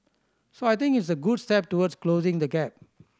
so I think it's a good step towards closing the gap